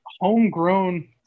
homegrown